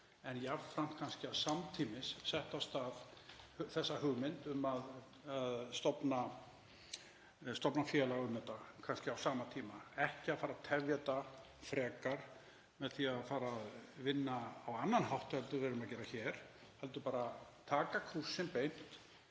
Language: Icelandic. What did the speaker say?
en jafnframt að samtímis setji hún af stað þessa hugmynd um að stofna félag um þetta, kannski á sama tíma, ekki að fara að tefja þetta frekar með því að fara að vinna á annan hátt en við erum að gera hér heldur bara að taka kúrsinn beint,